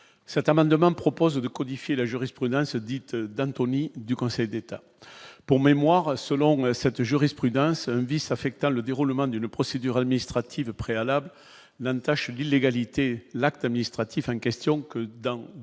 Cet amendement propose de codifier la jurisprudence dite d'Anthony, du Conseil d'État, pour mémoire, selon cette jurisprudence vice affectant le déroulement d'une procédure administrative préalables l'entache d'illégalité, l'actuel ministre hâtif à une question que d'un ou